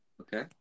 Okay